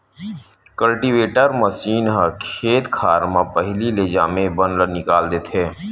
cultivator machine ह खेत खार म पहिली ले जामे बन ल निकाल देथे